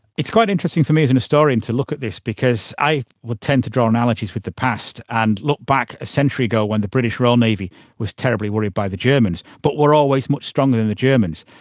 it's quite interesting for me as a and historian to look at this because i will tend to draw analogies with the past and look back a century ago when the british royal navy was terribly worried by the germans but were always much stronger than the germans.